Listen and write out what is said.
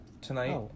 tonight